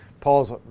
Paul's